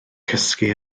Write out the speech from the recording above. cysgu